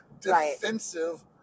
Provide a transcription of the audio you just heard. defensive